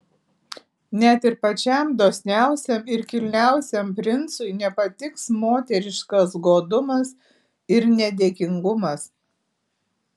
net ir pačiam dosniausiam ir kilniausiam princui nepatiks moteriškas godumas ir nedėkingumas